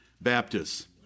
Baptists